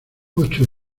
ocho